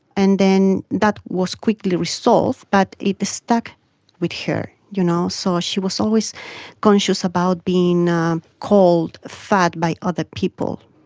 and then that was quickly resolved but it stuck with her. you know so she was always conscious about being called fat by other people.